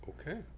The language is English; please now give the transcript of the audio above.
okay